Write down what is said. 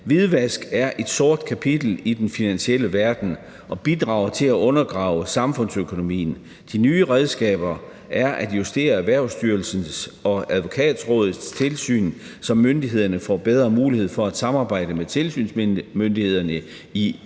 Hvidvask er et sort kapitel i den finansielle verden og bidrager til at undergrave samfundsøkonomien. De nye redskaber er at justere Erhvervsstyrelsens og Advokatrådets tilsyn, så myndighederne får bedre mulighed for at samarbejde med tilsynsmyndighederne i EU- og